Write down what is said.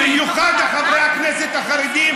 במיוחד חברי הכנסת החרדים,